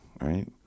right